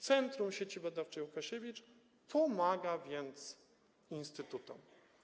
Centrum Sieci Badawczej Łukasiewicz pomaga więc instytutom.